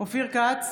אופיר כץ,